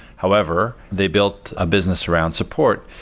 however, they built a business around support.